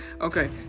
Okay